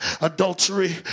adultery